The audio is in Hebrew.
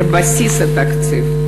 לבסיס התקציב,